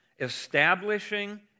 establishing